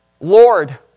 Lord